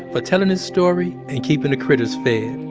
for telling his story and keeping the critters fed.